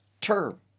term